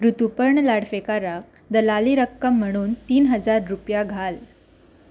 ऋतुपर्ण लाडफेकाराक दलाली रक्कम म्हणून तीन हजार रुपया घाल